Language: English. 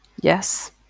Yes